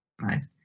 right